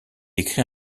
écrit